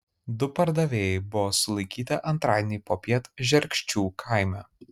du pardavėjai buvo sulaikyti antradienį popiet žerkščių kaime